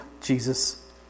Jesus